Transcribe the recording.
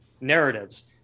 narratives